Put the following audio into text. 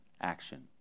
action